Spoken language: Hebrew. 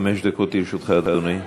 חמש דקות לרשותך, אדוני.